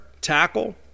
tackle